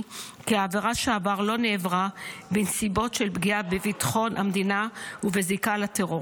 כי העבירה שעבר לא נעברה בנסיבות של פגיעה בביטחון המדינה ובזיקה לטרור